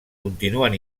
continuen